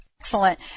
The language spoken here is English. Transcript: Excellent